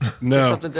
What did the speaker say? No